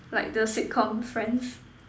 like the sitcom Friends